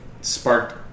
sparked